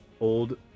old